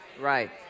Right